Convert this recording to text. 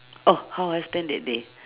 oh how I spend that day